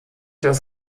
das